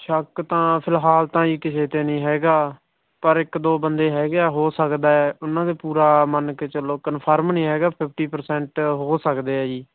ਸ਼ੱਕ ਤਾਂ ਫਿਲਹਾਲ ਤਾਂ ਜੀ ਕਿਸੇ 'ਤੇ ਨਹੀਂ ਹੈਗਾ ਪਰ ਇੱਕ ਦੋ ਬੰਦੇ ਹੈਗੇ ਆ ਹੋ ਸਕਦਾ ਉਹਨਾਂ 'ਤੇ ਪੂਰਾ ਮੰਨ ਕੇ ਚੱਲੋ ਕਨਫਰਮ ਨਹੀਂ ਹੈਗਾ ਫਿਫਟੀ ਪਰਸੈਂਟ ਹੋ ਸਕਦੇ ਹੈ ਜੀ